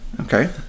Okay